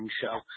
show